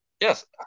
Yes